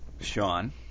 Sean